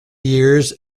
years